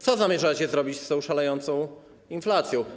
Co zamierzacie zrobić z tą szalejącą inflacją?